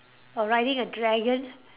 or riding a dragon